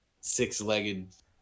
six-legged